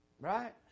Right